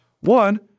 One-